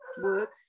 work